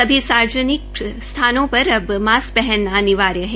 सभी सार्वजनिक स्थानों पर अब मास्क पहनना अनिवार्य है